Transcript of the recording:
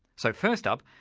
so first up,